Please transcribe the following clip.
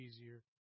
easier